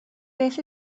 beth